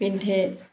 পিন্ধে